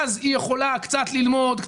אז היא יכולה קצת ללמוד,